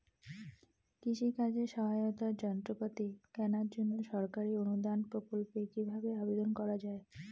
কৃষি কাজে সহায়তার যন্ত্রপাতি কেনার জন্য সরকারি অনুদান প্রকল্পে কীভাবে আবেদন করা য়ায়?